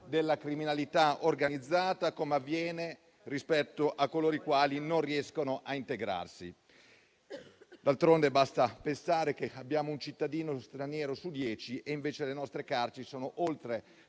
della criminalità organizzata, come avviene per coloro che non riescono a integrarsi. D'altronde, basti pensare che abbiamo un cittadino straniero su dieci e che le nostre carceri sono, per